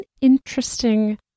interesting